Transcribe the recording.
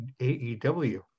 AEW